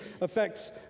affects